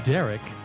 Derek